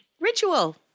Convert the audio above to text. Ritual